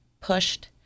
pushed